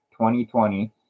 2020